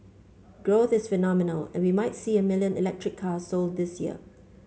growth is phenomenal and we might see a million electric cars sold this year